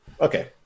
Okay